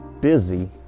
busy